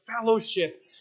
fellowship